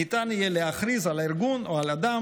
ניתן יהיה להכריז על הארגון או על האדם